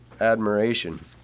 admiration